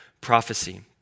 prophecy